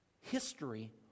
History